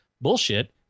Bullshit